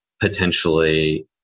potentially